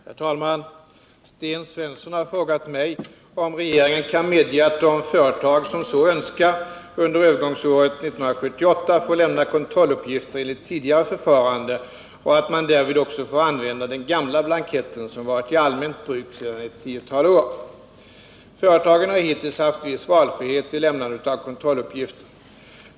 Herr talman! Sten Svensson har frågat mig om regeringen kan medge att de företag som så önskar under övergångsåret 1978 får lämna kontrolluppgifter enligt tidigare förfarande och att man därvid också får använda den gamla blanketten som varit i allmänt bruk sedan ett tiotal år. Företagen har hittills haft viss valfrihet vid lämnandet av kontrolluppgifter.